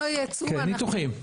כן, ניתוחים.